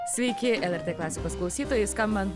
sveiki lrt klasikos klausytojai skambant